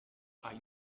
are